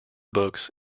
books